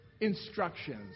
instructions